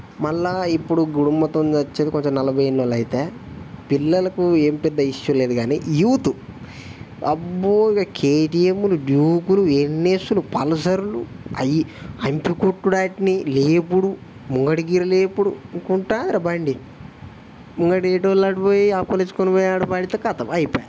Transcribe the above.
మళ్ళీ ఇప్పుడు గుడుంబాతోని చచ్చేది కొంచెం నలభై ఏళ్ళ వాళ్ళు అయితే పిల్లలకు ఏం పెద్ద ఇష్యూ లేదు కానీ యూత్ అబ్బో ఇక కేటీఎంలు డ్యూకులు ఎన్ఎస్సులు పల్సర్లు అవి అంటుకొట్టుడాటిని లేపుడు ముందర గిర లేపుడు ఇంకా ఉంటుందిరా బండి ముందర ఎటోళ్ళు అటు పోయి అప్పలిచ్చుకొని పోయి ఆడ పడితే ఖతం అయిపాయే